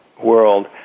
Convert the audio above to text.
world